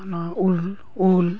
ᱱᱚᱣᱟ ᱩᱞ ᱩᱞ